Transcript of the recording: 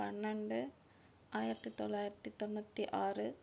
பன்னண்டு ஆயிரத்தி தொள்ளாயிரத்தி தொண்ணூற்றி ஆறு